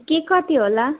के कति होला